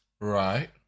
Right